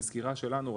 מסקירה שלנו,